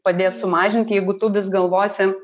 padės sumažinti jeigu tu vis galvosi